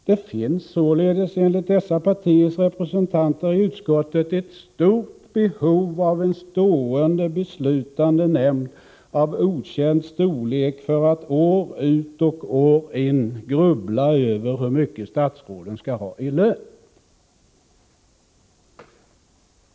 Det finns således enligt dessa partiers representanter i utskottet ett stort behov av en stående, beslutande nämnd av okänd storlek med uppgift att år ut och år in grubbla över hur mycket statsråden skall ha i lön.